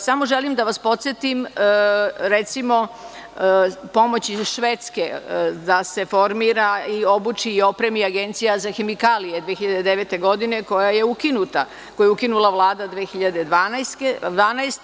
Samo želim da vas podsetim, recimo, pomoć iz Švedske, da se formira i obuči i opremi agencija za hemikalije 2009. godine, koja je ukinuta, koju je ukinula Vlada 2012. godine.